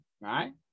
right